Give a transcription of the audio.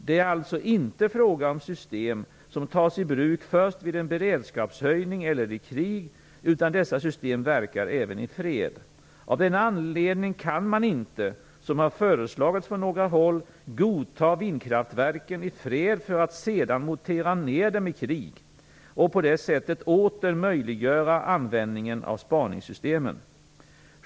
Det är alltså inte fråga om system som tas i bruk först vid en beredskapshöjning eller i krig, utan dessa system verkar även i fred. Av denna anledning kan man inte, som har föreslagits från några håll, godta vindkraftverken i fred för att sedan montera ned dem i krig och på det sättet åter möjliggöra användningen av spaningssystemen.